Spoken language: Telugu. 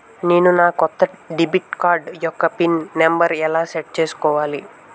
నేను నా కొత్త డెబిట్ కార్డ్ యెక్క పిన్ నెంబర్ని ఎలా సెట్ చేసుకోవాలి?